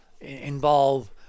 involve